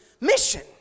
mission